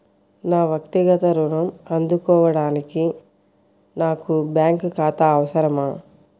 నా వక్తిగత ఋణం అందుకోడానికి నాకు బ్యాంక్ ఖాతా అవసరమా?